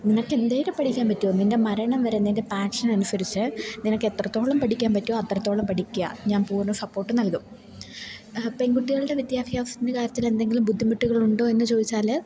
നിനക്കെന്തറ്റം വരെ പഠിക്കാൻ പറ്റുമോ നിൻ്റെ മരണം വരെ നിൻ്റെ പാഷനനുസരിച്ച് നിനക്ക് എത്രത്തോളം പഠിക്കാന് പറ്റുമോ അത്രത്തോളം പഠിക്കുക ഞാൻ പൂർണ സപ്പോർട്ട് നൽകും പെൺകുട്ടികളുടെ വിദ്യാഭ്യാസത്തിൻ്റെ കാര്യത്തില് എന്തെങ്കിലും ബുദ്ധിമുട്ടുകളുണ്ടോയെന്ന് ചോദിച്ചാല്